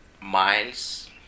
miles